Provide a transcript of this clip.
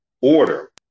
order